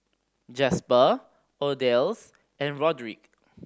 Jasper Odalys and Roderic